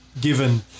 given